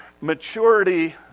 Maturity